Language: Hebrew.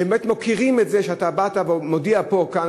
באמת מוקירים את זה שאתה באת ואתה מודיע כאן,